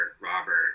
Robert